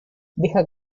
deja